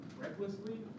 recklessly